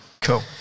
Cool